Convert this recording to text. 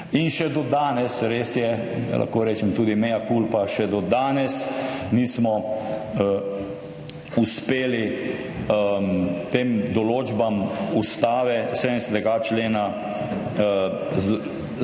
in še do danes, res je, lahko rečem tudi »mea culpa«, še do danes nismo uspeli tem določbam Ustave 70. člena, na podlagi